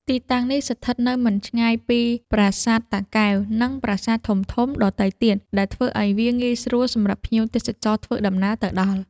ទីតាំងនេះស្ថិតនៅមិនឆ្ងាយពីប្រាសាទតាកែវ និងប្រាសាទធំៗដទៃទៀត ដែលធ្វើឱ្យវាងាយស្រួលសម្រាប់ភ្ញៀវទេសចរធ្វើដំណើរទៅដល់។